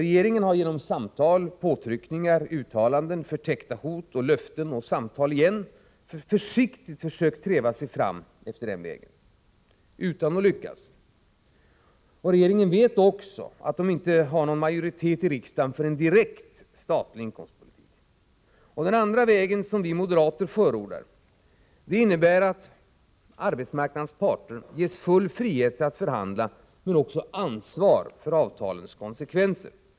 Regeringen har genom samtal, påtryckningar, uttalanden, förtäckta hot och löften och samtal igen försiktigt försökt treva sig fram efter denna väg — utan att lyckas. Regeringen vet också att den inte har någon majoritet i riksdagen för en direkt statlig inkomstpolitik. Den andra vägen, som vi moderater förordar, innebär att arbetsmarknadens parter ges full frihet att förhandla men också ansvar för avtalens konsekvenser.